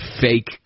fake